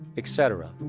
etc.